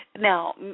Now